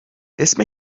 اسم